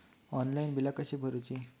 Online बिला कशी भरूची?